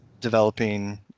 developing